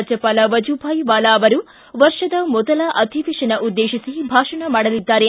ರಾಜ್ಯಪಾಲ ವಜೂಭಾಯ್ ವಾಲಾ ಅವರು ವರ್ಷದ ಮೊದಲ ಅಧಿವೇಶನ ಉದ್ದೇಶಿಸಿ ಭಾಷಣ ಮಾಡಲಿದ್ದಾರೆ